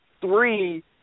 three